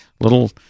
little